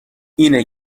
اینه